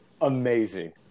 amazing